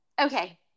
Okay